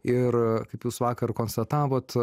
ir kaip jūs vakar konstatavot